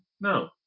No